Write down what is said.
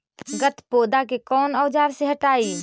गत्पोदा के कौन औजार से हटायी?